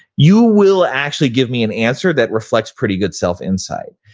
you will actually give me an answer that reflects pretty good self insight.